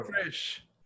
fresh